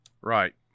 Right